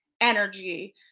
energy